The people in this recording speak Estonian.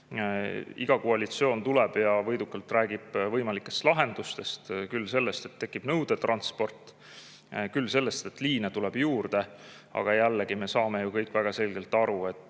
Iga koalitsioon tuleb ja võidukalt räägib võimalikest lahendustest: küll sellest, et tekib nõudetransport, küll sellest, et liine tuleb juurde. Aga jällegi, me kõik saame ju väga selgelt aru, et